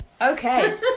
Okay